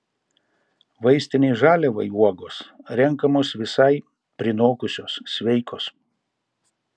vaistinei žaliavai uogos renkamos visai prinokusios sveikos